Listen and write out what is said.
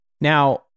Now